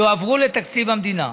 יועברו לתקציב המדינה.